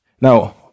Now